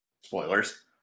Spoilers